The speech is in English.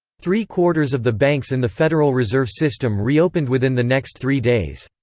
three-quarters of the banks in the federal reserve system reopened within the next three days.